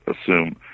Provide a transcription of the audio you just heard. assume